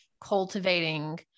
cultivating